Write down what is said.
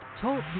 Talk